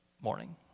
morning